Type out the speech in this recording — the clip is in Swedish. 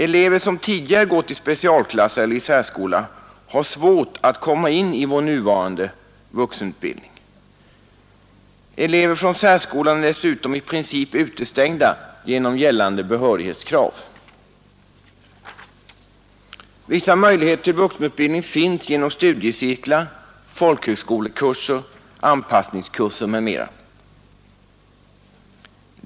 Elever som tidigare gått i specialklass eller särskola har svårt att komma in i vår nuvarande vuxenutbildning. Elever från särskolan är dessutom i princip utestängda genom gällande behörighetskrav. Vissa möjligheter till vuxenutbildning finns genom studiecirklar, folkhögskolekurser, anpassningskurser m.m.